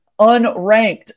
unranked